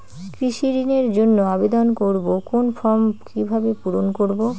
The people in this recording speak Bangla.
কৃষি ঋণের জন্য আবেদন করব কোন ফর্ম কিভাবে পূরণ করব?